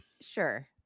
Sure